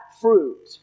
fruit